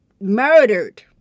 murdered